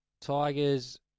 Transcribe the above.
Tigers